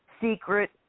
secret